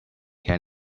can